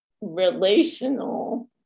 relational